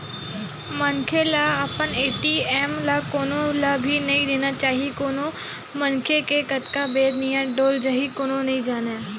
मनखे ल अपन ए.टी.एम ल कोनो ल भी नइ देना चाही कोन मनखे के कतका बेर नियत डोल जाही कोनो नइ जानय